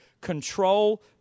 Control